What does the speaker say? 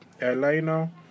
airliner